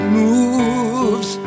moves